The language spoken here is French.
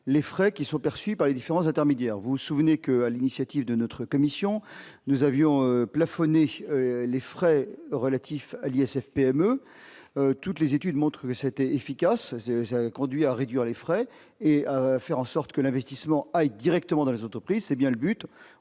les frais qui sont perçus par les différents intermédiaires vous souvenez que, à l'initiative de notre commission, nous avions plafonner les frais relatifs à l'ISF-PME toutes les études montrent que c'était efficace conduit à réduire les frais et faire en sorte que l'investissement aille directement dans les autres pays, c'est bien le but